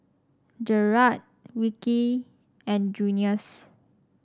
Jerrad Wilkie and Junious